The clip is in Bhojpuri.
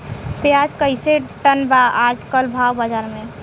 प्याज कइसे टन बा आज कल भाव बाज़ार मे?